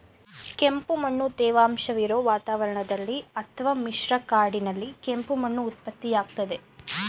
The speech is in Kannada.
ಕೆಂಪುಮಣ್ಣು ತೇವಾಂಶವಿರೊ ವಾತಾವರಣದಲ್ಲಿ ಅತ್ವ ಮಿಶ್ರ ಕಾಡಿನಲ್ಲಿ ಕೆಂಪು ಮಣ್ಣು ಉತ್ಪತ್ತಿಯಾಗ್ತದೆ